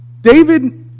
David